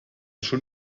schon